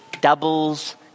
doubles